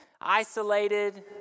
isolated